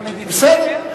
בסדר,